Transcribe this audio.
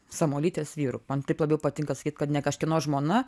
samuolytės vyru man taip labiau patinka sakyt kad ne kažkieno žmona